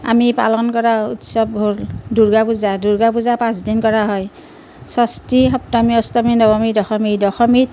আমি পালন কৰা উৎসৱ হ'ল দুৰ্গা পূজা দুৰ্গা পূজা পাঁচদিন পালন কৰা হয় ষষ্ঠী সপ্তমী অষ্টমী নৱমী দশমী দশমীত